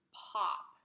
pop